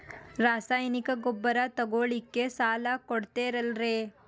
ರಾಸಾಯನಿಕ ಗೊಬ್ಬರ ತಗೊಳ್ಳಿಕ್ಕೆ ಸಾಲ ಕೊಡ್ತೇರಲ್ರೇ?